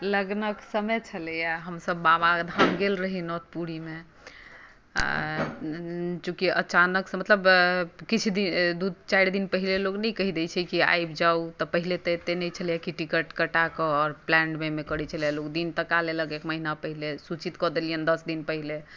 लगनक समय छलैया हमसब बाबाधाम गेल रही नोतपुरीमे आ चुकि अचानक सँ मतलब किछु दिन दू चारि दिन पहिले लोग नहि कहि दै छै कि आबि जाउ तऽ पहिले तऽ एते नहि छलै कि टिकट कटा कऽ आओर प्लान्ड वे मे करै छलै लोक दिन तका लेलक एक महिना पहिले सूचित कऽ देलियनि दस दिन पहिले